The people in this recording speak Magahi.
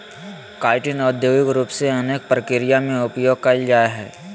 काइटिन औद्योगिक रूप से अनेक प्रक्रिया में उपयोग कइल जाय हइ